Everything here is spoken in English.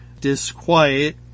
disquiet